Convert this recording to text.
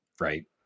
Right